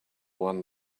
one